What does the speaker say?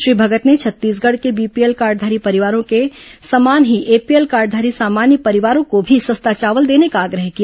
श्री भगत ने छत्तीसगढ़ के बीपीएल कार्डघारी परिवारों के समान ही एपीएल कार्डघारी सामान्य परिवारों को भी सस्ता चावल देने का आग्रह किया